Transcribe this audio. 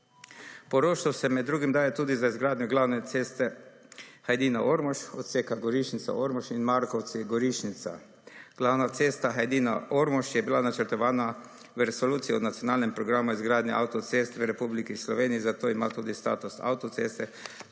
Poroštvo se med drugim daje tudi za izgradnjo glavne ceste Hajdina-Ormož, odseka Gorišnica-Ormož in Markovci-Gorišnica. Glavna cesta Hajdina-Ormož je bila načrtovana v resoluciji o nacionalnem programu izgradnje avtocest v Republiki Sloveniji, zato ima tudi status avtoceste,